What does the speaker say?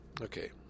Okay